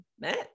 matt